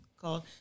called